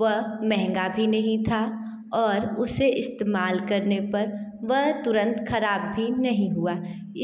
वह महंगा भी नहीं था और उसे इस्तेमाल करने पर वह तुरंत खराब भी नहीं हुआ